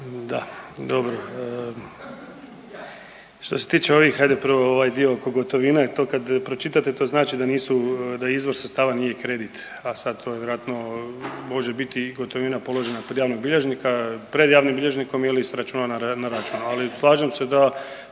Da, dobro. Što se tiče ovih, ajde prvo ovaj dio oko gotovine, to kad pročitate to znači da nisu, da izvor sredstava nije kredit, a sad to vjerojatno može biti i gotovina položena pri javnog bilježnika, pred javnim bilježnikom ili s računa na račun, ali slažem se da